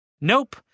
Nope